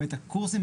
הקורסים,